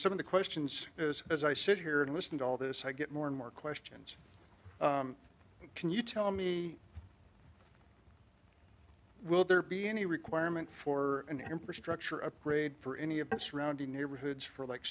some of the questions because as i sit here and listen to all this i get more and more questions can you tell me will there be any requirement for an amber structure upgrade for any of the surrounding neighborhoods for like